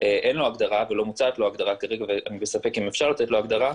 אין לו הגדרה ולא מוצעת לו הגדרה כרגע ואני בספק אם אפשר לתת לו הגדרה.